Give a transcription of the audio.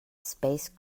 space